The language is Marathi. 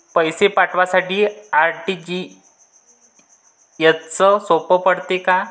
पैसे पाठवासाठी आर.टी.जी.एसचं सोप पडते का?